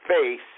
face